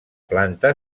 planta